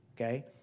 okay